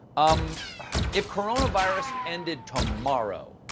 um if coronavirus ended tomorrow,